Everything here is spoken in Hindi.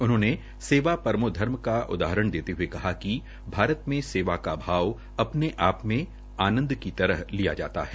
उन्होंने सेवा परमो धर्म का उदाहरण देते हये कहा कि भारत में सेवा का भाव अपने आप मे आनंद की तरह लिया जाता है